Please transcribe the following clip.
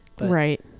right